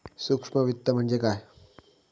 सूक्ष्म वित्त म्हणजे काय?